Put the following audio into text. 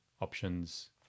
options